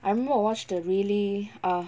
I've not watched the really uh